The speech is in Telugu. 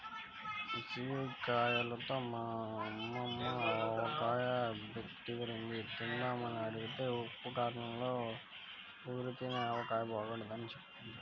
ఉసిరిగాయలతో మా యమ్మ ఆవకాయ బెట్టిందిరా, తిందామని అడిగితే ఉప్పూ కారంలో ఊరితేనే ఆవకాయ బాగుంటదని జెప్పింది